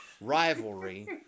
rivalry